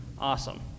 Awesome